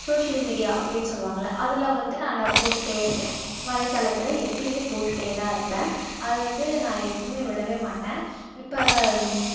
social media அப்படின்னு செல்வாங்கள அதில் வந்து நான் போட்டுகிட்டே இருக்கேன் வலைத்தளத்தில் எப்பயுமே போட்டுகிட்டேதான் இருப்பேன் அதை வந்து நான் எப்பயுமே விடவேமாட்டேன் இப்போ